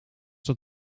dat